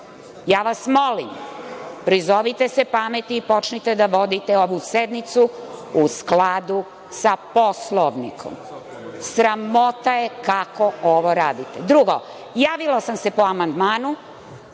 vas, prizovite se pameti i počnite da vodite ovu sednicu u skladu sa Poslovnikom. Sramota je kako ovo radite. Drugo, javila sam se po amandmanu.